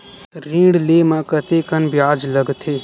ऋण ले म कतेकन ब्याज लगथे?